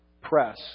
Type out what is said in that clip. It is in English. press